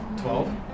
Twelve